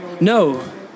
No